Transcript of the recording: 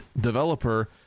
developer